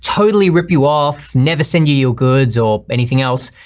totally rip you off never send you your goods or anything else,